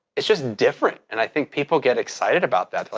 it's just different and i think people get excited about that.